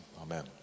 Amen